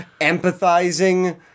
empathizing